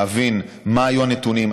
להבין מה היו הנתונים,